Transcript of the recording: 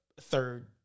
third